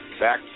back